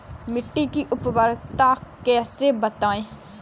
मिट्टी की उर्वरता कैसे बढ़ाएँ?